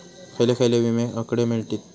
खयले खयले विमे हकडे मिळतीत?